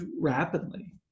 rapidly